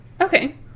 Okay